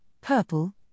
purple